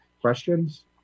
Questions